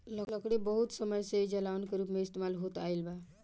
लकड़ी बहुत समय से ही जलावन के रूप में इस्तेमाल होत आईल बा